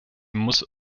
muss